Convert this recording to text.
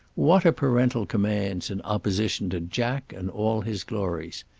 what are parental commands in opposition to jack and all his glories?